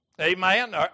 Amen